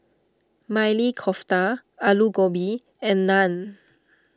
Maili Kofta Alu Gobi and Naan